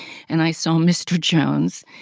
and i saw mr. jones.